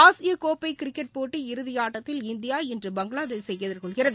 ஆசிய கோப்பை கிரிக்கெட் போட்டி இறுதியாட்டத்தில் இந்தியா இன்று பங்களாதேஷை எதிர்கொள்கிறது